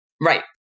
Right